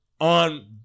on